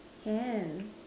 can